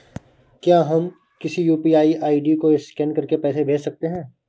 क्या हम किसी यू.पी.आई आई.डी को स्कैन करके पैसे भेज सकते हैं?